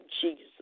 Jesus